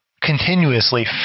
continuously